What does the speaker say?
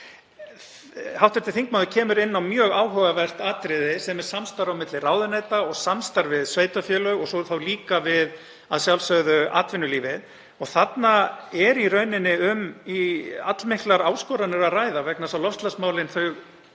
verða. Hv. þingmaður kemur inn á mjög áhugavert atriði sem er samstarf á milli ráðuneyta og samstarf við sveitarfélög og svo líka að sjálfsögðu við atvinnulífið. Þarna er í rauninni um allmiklar áskoranir að ræða vegna þess að loftslagsmálin taka